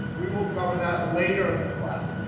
we will cover that later in the class.